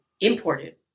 imported